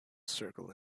circle